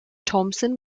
thompson